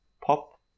pop